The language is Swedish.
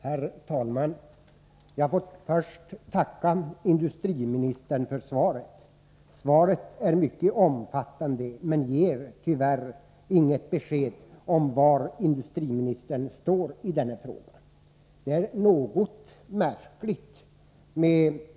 Herr talman! Jag får först tacka industriministern för svaret. Det är mycket omfattande, men ger tyvärr inget besked om var industriministern står i den här frågan.